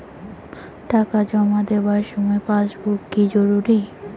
টাকা জমা দেবার সময় পাসবুক কি জরুরি?